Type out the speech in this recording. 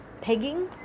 pegging